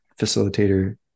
facilitator